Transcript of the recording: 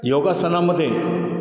योगासनामध्ये